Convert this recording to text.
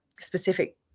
specific